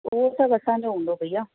उहो सभु असांजो हूंदो भैया